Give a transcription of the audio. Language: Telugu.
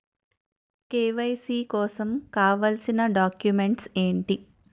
కే.వై.సీ కోసం కావాల్సిన డాక్యుమెంట్స్ ఎంటి?